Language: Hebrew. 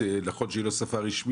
באנגלית, למרות שנכון שהיא לא שפה רשמית.